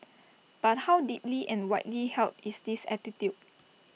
but how deeply and widely held is this attitude